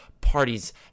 Parties